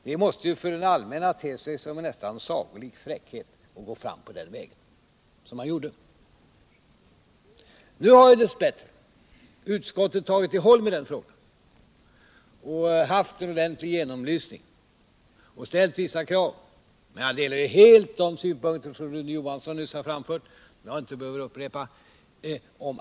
Det måste för folk i allmänhet te sig som en nästan sagolik fräckhet att gå fram på den väg som han är inne på. Nu har dess bättre utskottet tagit i håll med frågan, haft en ordentlig genomlysning och ställt vissa krav. Men jag delar helt de synpunkter som Rune Johansson nyss har framfört, jag behöver inte upprepa dem.